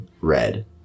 red